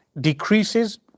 decreases